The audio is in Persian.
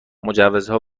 مجوزها